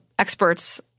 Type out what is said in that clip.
experts